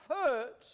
hurt